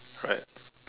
right